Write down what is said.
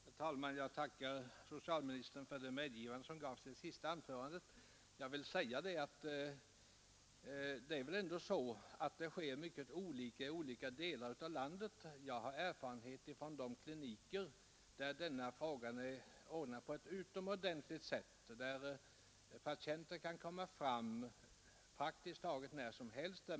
Herr talman! Jag tackar socialministern för det medgivande som gjordes i det senaste anförandet. Jag vill säga att det är mycket olika i olika delar av landet. Jag har erfarenhet från kliniker där denna fråga är löst på ett utomordentligt bra sätt. En patient kan komma fram praktiskt taget när som helst.